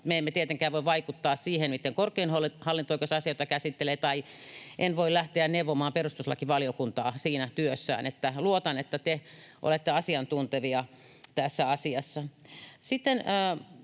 Me emme tietenkään voi vaikuttaa siihen, miten korkein hallinto-oikeus asioita käsittelee, enkä voi lähteä neuvomaan perustuslakivaliokuntaa työssään. Luotan, että te olette asiantuntevia tässä asiassa.